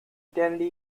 identity